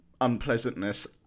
unpleasantness